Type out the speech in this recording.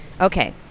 Okay